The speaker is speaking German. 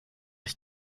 ich